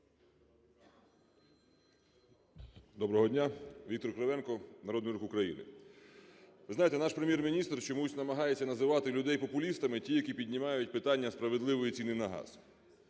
Доброго дня! Віктор Кривенко, Народний Рух України. Ви знаєте, наш Прем’єр-міністр чомусь намагається називати людей популістами, тих, які піднімають питання справедливої ціни на газ.